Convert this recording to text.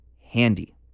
handy